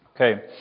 Okay